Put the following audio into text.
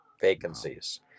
vacancies